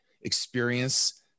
experience